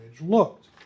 looked